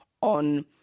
on